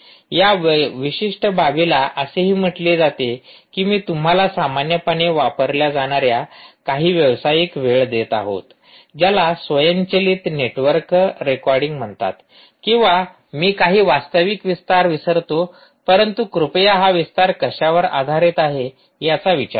या विशिष्ट बाबीला असेही म्हटले जाते की मी तुम्हाला सामान्यपणे वापरल्या जाणाऱ्या काही व्यावसायिक वेळ देत आहोत ज्याला स्वयंचलित नेटवर्क रेकॉर्डिंग म्हणतात किंवा मी काही वास्तविक विस्तार विसरतो परंतु कृपया हा विस्तार कशावर आधारित आहे याचा विचार करू